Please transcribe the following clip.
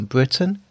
Britain